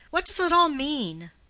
what does it all mean?